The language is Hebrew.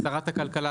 שרת הכלכלה,